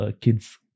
kids